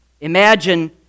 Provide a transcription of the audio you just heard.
imagine